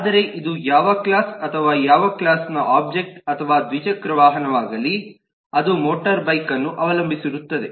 ಆದರೆ ಇದು ಯಾವ ಕ್ಲಾಸ್ ಅಥವಾ ಯಾವ ಕ್ಲಾಸ್ ನ ಒಬ್ಜೆಕ್ಟ್ ಅಥವಾ ದ್ವಿಚಕ್ರ ವಾಹನವಾಗಲಿ ಅದು ಮೋಟಾರುಬೈಕ್ ಅನ್ನು ಅವಲಂಬಿಸಿರುತ್ತದೆ